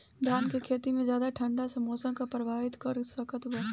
धान के खेती में ज्यादा ठंडा के मौसम का प्रभावित कर सकता बा?